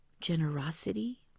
Generosity